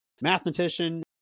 mathematician